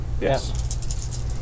Yes